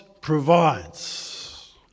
provides